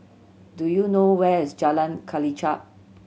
do you know where is Jalan Kelichap